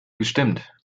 gestimmt